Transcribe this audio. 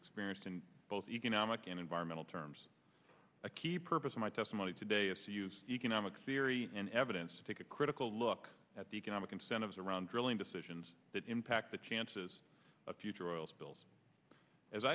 experienced in both economic and environmental terms a key purpose of my testimony today is to use economic theory and evidence to take a critical look at the economic incentives around drilling decisions that impact the chances of future oil spills as